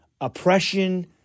oppression